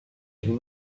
can